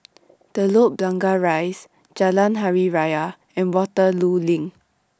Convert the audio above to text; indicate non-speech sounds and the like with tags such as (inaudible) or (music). (noise) Telok Blangah Rise Jalan Hari Raya and Waterloo LINK